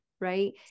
Right